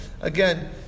again